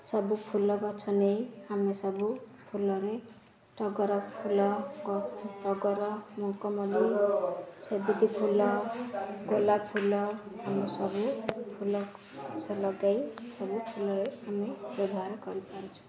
ସବୁ ଫୁଲ ଗଛ ନେଇ ଆମେ ସବୁ ଫୁଲରେ ଟଗର ଫୁଲ ଟଗର ମୁଗମଲି ସେବତି ଫୁଲ ଗୋଲାପ ଫୁଲ ଏମିତି ସବୁ ଫୁଲ ଗଛ ଲଗେଇ ସବୁ ଫୁଲରେ ଆମେ ବ୍ୟବହାର କରିପାରୁଛୁ